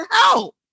help